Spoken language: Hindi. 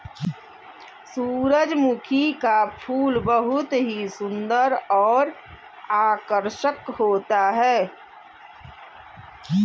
सुरजमुखी का फूल बहुत ही सुन्दर और आकर्षक होता है